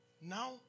now